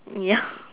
ya